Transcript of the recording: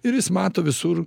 ir jis mato visur